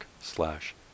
slash